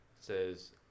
says